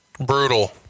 Brutal